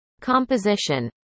composition